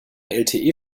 lte